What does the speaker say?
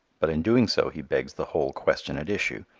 but in doing so he begs the whole question at issue.